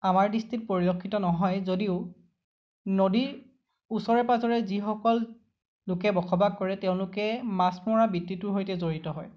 আমাৰ দৃষ্টিত পৰিলক্ষিত নহয় যদিও নদীৰ ওচৰে পাজৰে যিসকল লোকে বসবাস কৰে তেওঁলোকে মাছ মৰা বৃত্তিটোৰ সৈতে জড়িত হয়